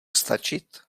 stačit